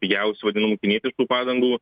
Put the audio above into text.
pigiausių vadinamų kinietiškų padangų